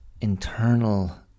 internal